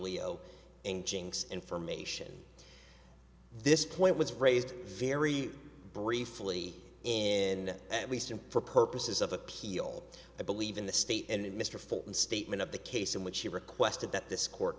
clio information this point was raised very briefly in at least and for purposes of appeal i believe in the state and mr fulton statement of the case in which he requested that this court